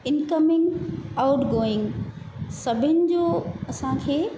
incoming outgoing सभिनि जो असांखे